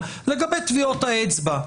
לגבי טביעות האצבע,